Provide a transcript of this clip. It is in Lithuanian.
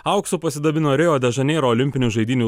auksu pasidabino rio de žaneiro olimpinių žaidynių